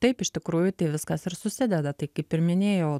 taip iš tikrųjų tai viskas ir susideda tai kaip ir minėjau